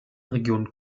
region